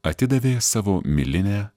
atidavė savo milinę